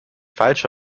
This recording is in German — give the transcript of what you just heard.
falsche